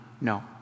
no